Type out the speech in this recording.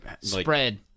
Spread